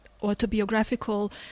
autobiographical